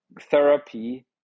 therapy